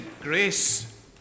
Grace